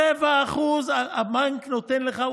0.25% הבנק נותן לך,